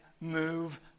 move